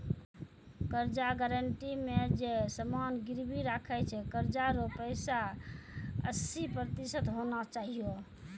कर्जा गारंटी मे जे समान गिरबी राखै छै कर्जा रो पैसा हस्सी प्रतिशत होना चाहियो